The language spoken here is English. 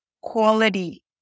quality